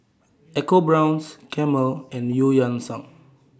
EcoBrown's Camel and EU Yan Sang